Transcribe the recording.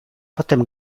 potem